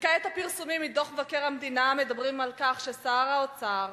וכעת הפרסומים מדוח מבקר המדינה מדברים על כך ששר האוצר,